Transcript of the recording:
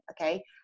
Okay